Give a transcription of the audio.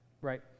Right